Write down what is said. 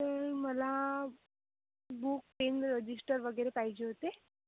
ते मला book pen register वगैरे पाहिजे होते